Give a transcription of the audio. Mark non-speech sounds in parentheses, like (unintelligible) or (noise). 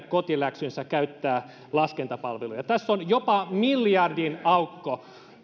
(unintelligible) kotiläksynsä käyttää laskentapalvelua tässä on jopa miljardin aukko